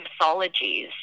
mythologies